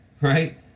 right